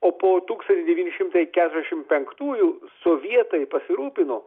o po tūkstantis devyni šimtai keturiasdešimt penktųjų sovietai pasirūpino